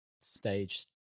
stage